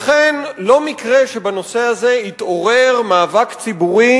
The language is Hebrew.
לכן לא מקרה שבנושא הזה התעורר מאבק ציבורי